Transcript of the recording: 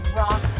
rock